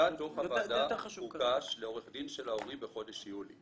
טיוטת דו"ח הוועדה הוגשה לעורך דין של ההורים בחודש יולי.